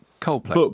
Coldplay